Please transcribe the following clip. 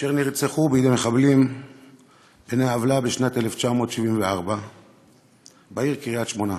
אשר נרצחו בידי מחבלים בני עוולה בשנת 1974 בעיר קריית-שמונה,